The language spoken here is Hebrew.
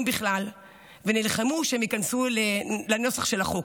בכלל ונלחמו שהם ייכנסו לנוסח של החוק.